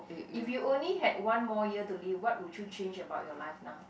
if you only had one more year to live what would you change about your life now